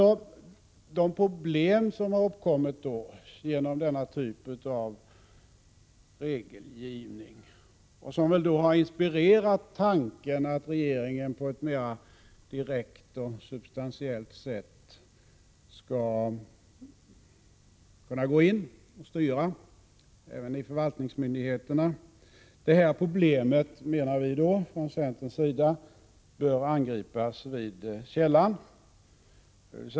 De problem som har uppkommit genom denna typ av regelgivning och som torde ha inspirerat till tanken på att regeringen på ett mera direkt och substantiellt sätt skall kunna gå in och styra även i förvaltningsmyndigheterna bör enligt centerns mening angripas vid källan.